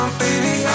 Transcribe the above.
baby